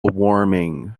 warming